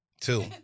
Two